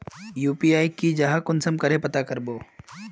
UPI की जाहा कुंसम करे पता करबो?